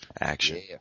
action